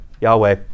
Yahweh